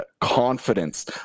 confidence